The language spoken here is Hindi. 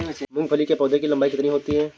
मूंगफली के पौधे की लंबाई कितनी होती है?